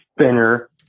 spinner